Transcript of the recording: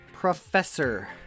professor